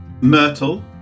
Myrtle